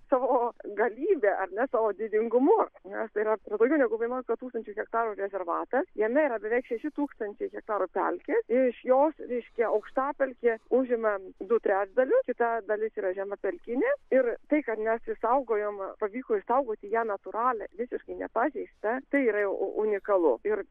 savo galybe ar ne savo didingumu nes tai yra daugiau negu vienuolika tūkstančių hektarų rezervatas jame yra beveik šeši tūkstančiai hektarų pelkė iš jos reiškia aukštapelkės užima du trečdalius kita dalis yra žemapelkinė ir tai kad mes išsaugojom pavyko išsaugoti ją natūralią visiškai nepažeistą tai yra jau unikalu ir